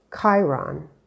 Chiron